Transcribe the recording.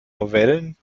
novellen